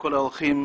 כל האורחים מהנגב,